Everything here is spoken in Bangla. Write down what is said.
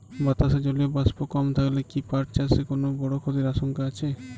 বাতাসে জলীয় বাষ্প কম থাকলে কি পাট চাষে কোনো বড় ক্ষতির আশঙ্কা আছে?